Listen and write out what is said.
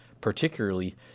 particularly